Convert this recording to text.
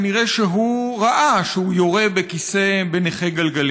כנראה הוא ראה שהוא יורה בנכה בכיסא גלגלים,